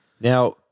Now